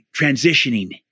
transitioning